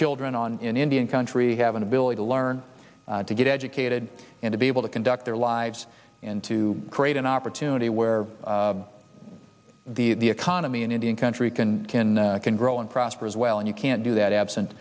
children on in indian country have an ability to learn to get educated and to be able to conduct their lives and to create an opportunity where the the economy an indian country can can can grow and prosper as well and you can't do that absent